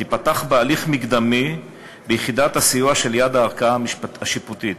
תיפתח בהליך מקדמי ביחידת הסיוע שליד הערכאה השיפוטית,